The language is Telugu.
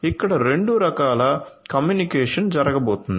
ఇక్కడ 2 రకాల కమ్యూనికేషన్ జరగబోతోంది